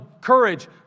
courage